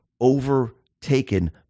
overtaken